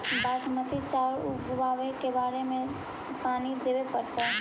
बासमती चावल उगावेला के बार पानी देवे पड़तै?